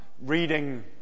reading